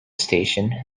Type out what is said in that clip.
station